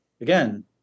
again